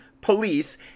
police